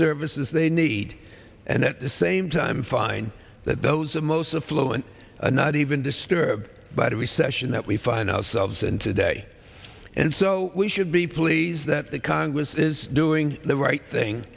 services they need and at the same time find that those of most of fluent and not even disturbed by the recession that we find ourselves in today and so we should be pleased that the congress is doing the right thing